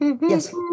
Yes